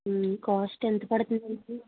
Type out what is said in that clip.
cost ఎంత పడుతుంది అండి